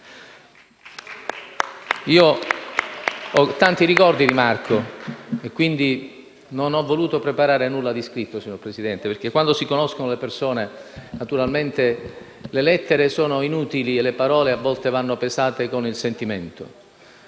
Ho tanti ricordi di Marco e, quindi, non ho voluto preparare nulla di scritto, signor Presidente, perché quando si conoscono le persone, le lettere sono inutili e le parole a volte vanno pesate con il sentimento.